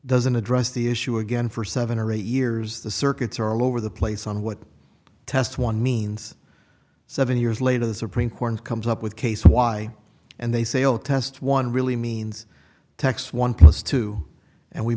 doesn't address the issue again for seven or eight years the circuits are all over the place on what test one means seven years later the supreme court comes up with case y and they say oh test one really means tax one plus two and we